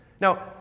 Now